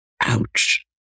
Ouch